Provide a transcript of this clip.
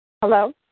Hello